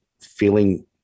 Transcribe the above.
feeling